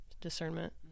discernment